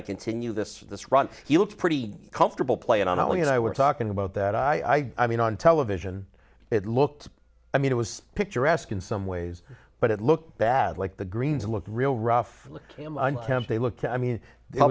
of continue this this run he looks pretty comfortable playing on only and i were talking about that i mean on television it looked i mean it was picturesque in some ways but it looked bad like the greens looked real rough looked unkempt they looked i mean the